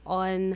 on